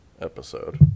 episode